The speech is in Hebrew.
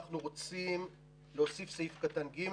אנחנו רוצים להוסיף סעיף קטן (ג)